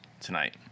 tonight